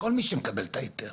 כל מי שמקבל את ההיתר